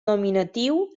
nominatiu